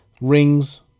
rings